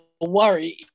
worry